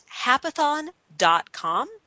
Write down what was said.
Hapathon.com